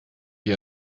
ihr